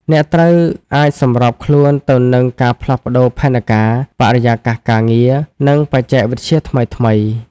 អ្នកត្រូវអាចសម្របខ្លួនទៅនឹងការផ្លាស់ប្តូរផែនការ បរិយាកាសការងារ និងបច្ចេកវិទ្យាថ្មីៗ។